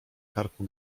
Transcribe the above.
karku